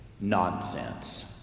Nonsense